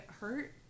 hurt